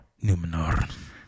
Numenor